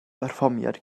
berfformiad